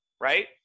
right